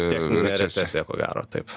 techninė recesija ko gero taip